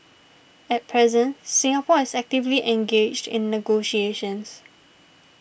at present Singapore is actively engaged in negotiations